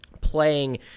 playing